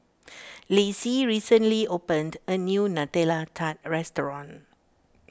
Lacie recently opened a new Nutella Tart restaurant